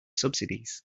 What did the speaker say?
subsidies